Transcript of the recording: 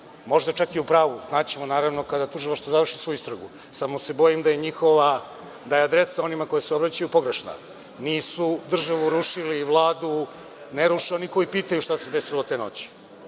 možda je čak i u pravu, znaćemo naravno kada tužilaštvo završi svoju istragu. Samo se bojim da je njihova adresa onima kojima se obraćaju pogrešna. Nisu državu rušili i Vladu ne ruše oni koji pitaju šta se desilo te noći.